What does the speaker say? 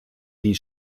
die